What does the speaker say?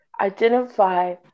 identify